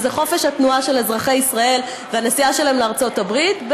שזה חופש התנועה של אזרחי ישראל והנסיעה שלהם לארצות הברית,